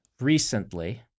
recently